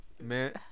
Man